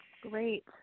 Great